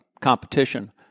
competition